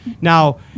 Now